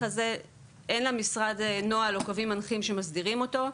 הזה אין למשרד נוהל או קווים מנחים שמסדירים אותו.